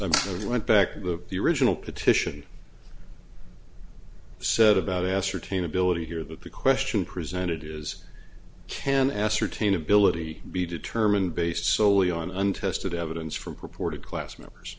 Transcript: i went back to the original petition said about ascertain ability here that the question presented is can ascertain ability be determined based solely on untested evidence from purported class members